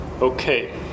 Okay